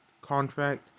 contract